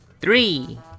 Three